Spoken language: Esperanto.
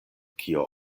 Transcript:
kio